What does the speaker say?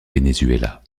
venezuela